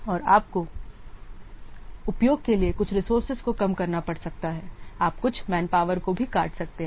और आपको उपयोग के लिए कुछ रिसोर्सेज को कम करना पड़ सकता है आप कुछ मैनपावर को भी काट सकते हैं